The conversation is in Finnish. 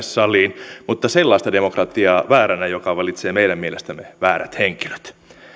saliin mutta sellaista demokratiaa vääränä joka valitsee meidän mielestämme väärät henkilöt